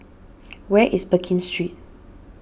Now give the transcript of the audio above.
where is Pekin Street